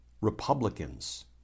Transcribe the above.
Republicans